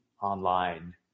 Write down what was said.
online